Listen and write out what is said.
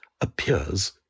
appears